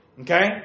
Okay